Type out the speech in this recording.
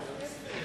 ההיפך.